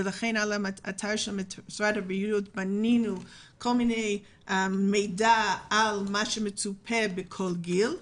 ולכן באתר משרד הבריאות בנינו מידעים שונים לגבי מה שמצופה בכל גיל.